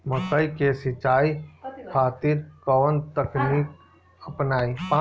मकई के सिंचाई खातिर कवन तकनीक अपनाई?